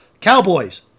Cowboys